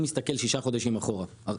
הוא מסתכל שישה חודשים אחורה.